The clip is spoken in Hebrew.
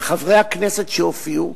וחברי הכנסת שהופיעו,